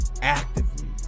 actively